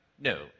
No